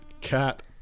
Cat